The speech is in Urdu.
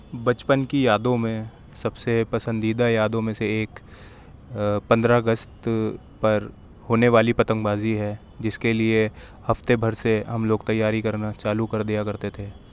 بچپن کی یادوں میں سب سے پسندیدہ یادوں میں سے ایک پندرہ اگست پر ہونے والی پتنگ بازی ہے جس کے لئے ہفتے بھر سے ہم لوگ تیاری کرنا چالو کر دیا کرتے تھے